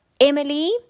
Emily